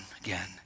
again